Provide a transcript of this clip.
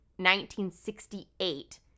1968